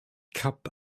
cup